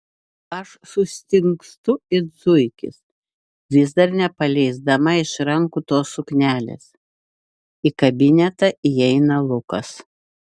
aš sustingstu it zuikis vis dar nepaleisdama iš rankų tos suknelės į kabinetą įeina lukas